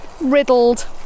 riddled